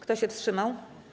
Kto się wstrzymał?